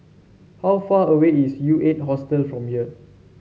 how far away is U Eight Hostel from here